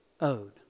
owed